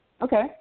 Okay